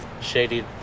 shady